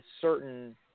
certain